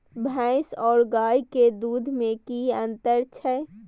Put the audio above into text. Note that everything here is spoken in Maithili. भैस और गाय के दूध में कि अंतर छै?